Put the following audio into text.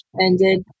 ended